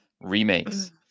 remakes